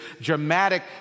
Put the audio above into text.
dramatic